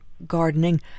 gardening